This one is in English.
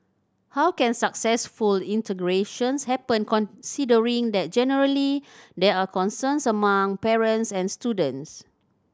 how can successful integrations happen considering that generally there are concerns among parents and students